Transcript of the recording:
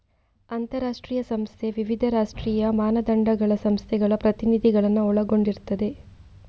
ಅಂತಾರಾಷ್ಟ್ರೀಯ ಸಂಸ್ಥೆ ವಿವಿಧ ರಾಷ್ಟ್ರೀಯ ಮಾನದಂಡಗಳ ಸಂಸ್ಥೆಗಳ ಪ್ರತಿನಿಧಿಗಳನ್ನ ಒಳಗೊಂಡಿರ್ತದೆ